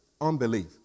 Unbelief